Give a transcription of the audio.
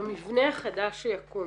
במבנה החדש שיקום